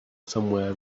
somewhere